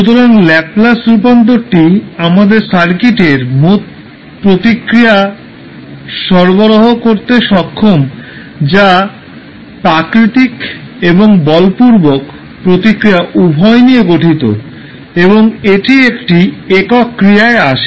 সুতরাং ল্যাপলাস রূপান্তরটি আমাদের সার্কিটের মোট প্রতিক্রিয়া সরবরাহ করতে সক্ষম যা প্রাকৃতিক এবং বলপূর্বক প্রতিক্রিয়া উভয় নিয়ে গঠিত এবং এটি একটি একক ক্রিয়ায় আসে